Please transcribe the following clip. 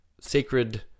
sacred